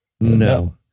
No